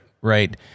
Right